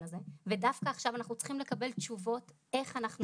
הזה ודווקא עכשיו אנחנו צריכים לקבל תשובות איך אנחנו